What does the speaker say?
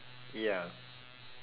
ya